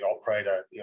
operator